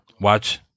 Watch